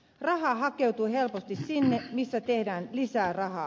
raha hakeutuu helposti sinne missä tehdään lisää rahaa